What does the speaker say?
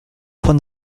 von